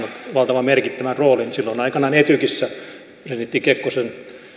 valtavan merkittävän roolin silloin aikanaan etykissä presidentti kekkosen